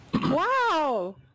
Wow